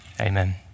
Amen